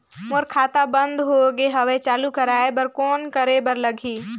मोर खाता बंद हो गे हवय चालू कराय बर कौन करे बर लगही?